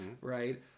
right